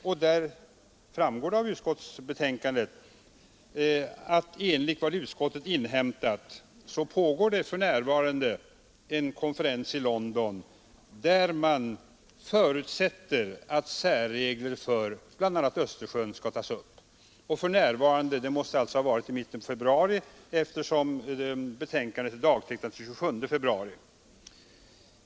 Enligt vad utskottet inhämtat pågår ”för närvarande” en förberedande konferens i London. I ett utkast med förslag till konventionstext förutsättes också att särregler för bl.a. Östersjön skall utarbetas. Med ”för närvarande” måste menas mitten av februari, eftersom betänkandet är dagtecknat den 27 februari.